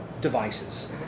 devices